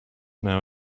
now